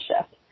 shift